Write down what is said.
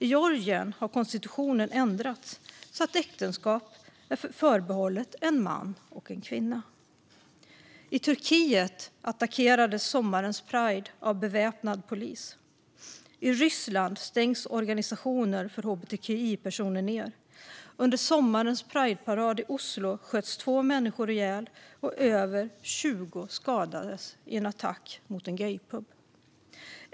I Georgien har konstitutionen ändrats så att äktenskap är förbehållet en man och en kvinna. I Turkiet attackerades sommarens pride av beväpnad polis. I Ryssland stängs organisationer för hbtqi-personer ned. Under sommarens prideparad i Oslo sköts två människor ihjäl och över 20 skadades i en attack mot en gaypub.